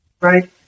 right